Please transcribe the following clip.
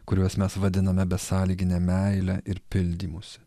kuriuos mes vadiname besąlygine meile ir pildymųsi